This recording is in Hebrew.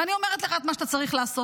ואני אומרת לך את מה שאתה צריך לעשות.